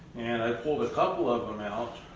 and i pulled a couple of them out.